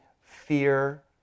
fear